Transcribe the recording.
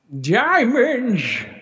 Diamonds